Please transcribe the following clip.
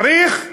צריך,